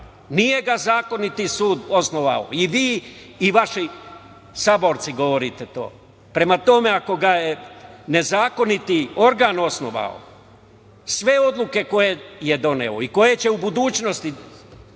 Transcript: nije ga zakoniti sud osnovao i vi i vaši saborci govorite to. Prema tome, ako ga je nezakoniti organ osnovao, sve odluke koje je doneo i koje će u budućnosti